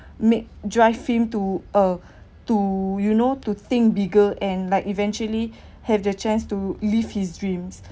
make drive him to uh to you know to think bigger and like eventually have the chance to live his dreams